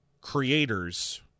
creators